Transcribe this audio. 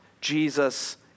Jesus